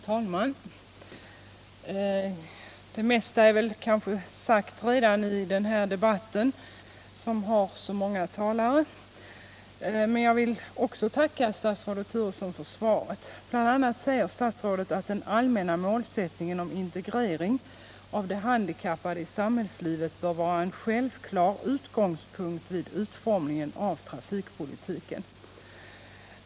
Herr talman! Det mesta är kanske redan sagt i den här debatten, som har så många talare, men också jag vill tacka statsrådet Turesson för svaret. Bl.a. säger statsrådet att den allmänna målsättningen om integrering av de handikappade i samhällslivet bör vara en självklar utgångspunkt vid utformningen av trafikpolitiken.